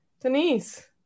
Denise